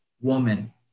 woman